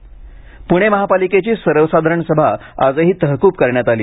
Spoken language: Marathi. प्णे महापालिकेची सर्वसाधारण सभा आजही तहकूब करण्यात आली